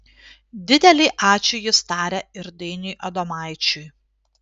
didelį ačiū jis taria ir dainiui adomaičiui